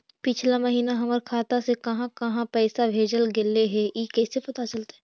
पिछला महिना हमर खाता से काहां काहां पैसा भेजल गेले हे इ कैसे पता चलतै?